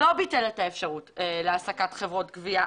שלא ביטל את האפשרות להעסקת חברות גבייה,